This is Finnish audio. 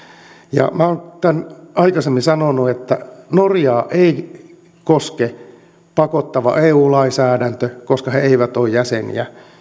ja minä olen tämän aikaisemmin sanonut että norjaa ei koske pakottava eu lainsäädäntö koska he eivät ole jäseniä